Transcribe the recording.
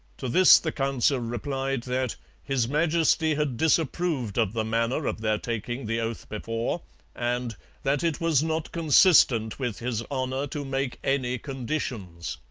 to this the council replied that his majesty had disapproved of the manner of their taking the oath before and that it was not consistent with his honour to make any conditions